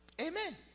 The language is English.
Amen